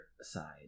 side